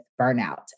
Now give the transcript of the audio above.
burnout